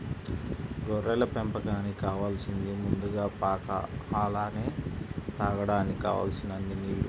గొర్రెల పెంపకానికి కావాలసింది ముందుగా పాక అలానే తాగడానికి కావలసినన్ని నీల్లు